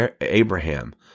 Abraham